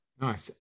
nice